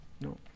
No